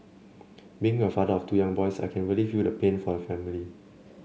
being a father of two young boys I can really feel the pain for the family